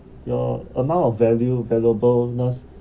your amount of value valuable nurse